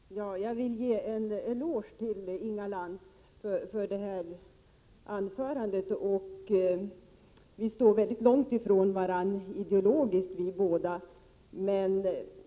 Fru talman! Jag vill ge en eloge till Inga Lantz för hennes anförande. Hon och jag står mycket långt från varandra ideologiskt.